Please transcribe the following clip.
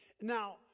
Now